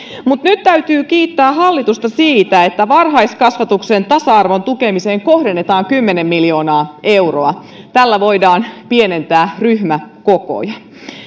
mutta nyt täytyy kiittää hallitusta siitä että varhaiskasvatuksen tasa arvon tukemiseen kohdennetaan kymmenen miljoonaa euroa tällä voidaan pienentää ryhmäkokoja